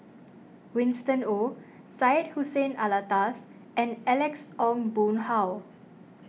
Winston Oh Syed Hussein Alatas and Alex Ong Boon Hau